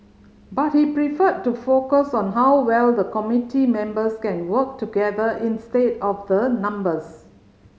but he preferred to focus on how well the committee members can work together instead of the numbers